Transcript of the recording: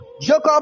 Jacob